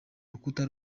rukuta